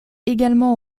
également